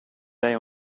dai